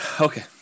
okay